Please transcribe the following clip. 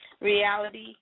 Reality